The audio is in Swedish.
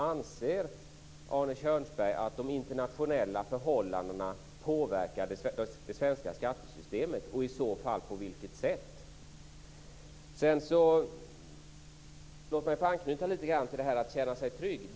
Anser Arne Kjörnsberg att de internationella förhållandena påverkar det svenska skattesystemet och i så fall hur? Låt mig få anknyta lite grann till detta med att känna sig trygg.